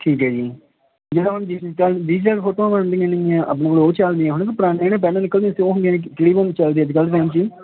ਠੀਕ ਹੈ ਜੀ ਜਿਹੜਾ ਹੁਣ ਡੀਜੀਟਲ ਡੀਜੀਟਲ ਫੋਟੋਆਂ ਬਣਦੀਆਂ ਨੇਗੀਆਂ ਆਪਣੇ ਉਹ ਚੱਲਦੀਆਂ ਹੁਣ ਨਾ ਪੁਰਾਣੀਆਂ ਜਿਹੜੀਆਂ ਪਹਿਲਾਂ ਨਿਕਲਦੀਆਂ ਸੀ ਉਹ ਨਹੀਂ ਚੱਲਦੀਆਂ ਜਿੱਦਾਂ